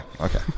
Okay